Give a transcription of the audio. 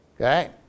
Okay